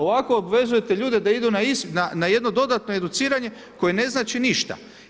Ovako obvezujete ljude da idu na jedno dodatno educiranje koje ne znači ništa.